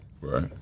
Right